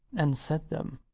and said them.